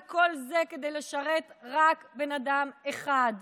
וכל זה כדי לשרת רק בן אדם אחד.